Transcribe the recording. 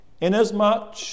Inasmuch